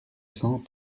cent